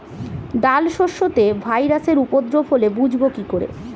ডাল শস্যতে ভাইরাসের উপদ্রব হলে বুঝবো কি করে?